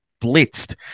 blitzed